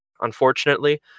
unfortunately